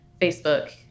Facebook